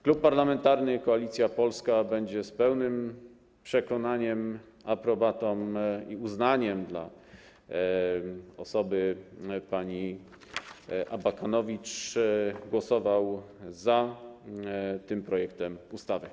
Klub Parlamentarny Koalicja Polska będzie z pełnym przekonaniem, aprobatą i uznaniem dla osoby pani Abakanowicz głosował za tym projektem ustawy.